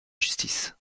justice